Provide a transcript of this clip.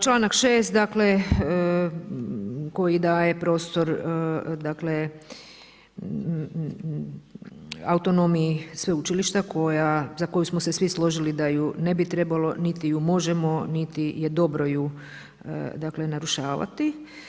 Članak 6. dakle koji daje prostor autonomiji sveučilišta za koju smo se svi složili da ju ne bi trebalo, niti ju možemo, niti je dobro ju narušavati.